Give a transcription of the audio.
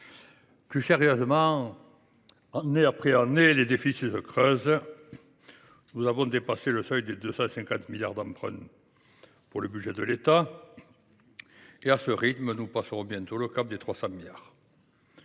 Plus sérieusement, année après année, les déficits se creusent. Nous avons dépassé le seuil des 250 milliards d’euros d’emprunt pour le budget de l’État. À ce rythme, nous passerons bientôt le cap des 300 milliards